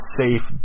safe